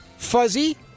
Fuzzy